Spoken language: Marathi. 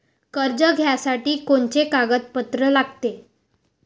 कर्ज घ्यासाठी कोनचे कागदपत्र लागते?